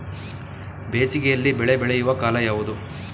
ಬೇಸಿಗೆ ಯಲ್ಲಿ ಬೆಳೆ ಬೆಳೆಯುವ ಕಾಲ ಯಾವುದು?